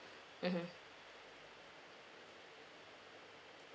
mmhmm